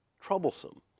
troublesome